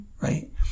right